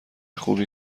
خوبی